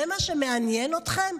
זה מה שמעניין אתכם?